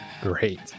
Great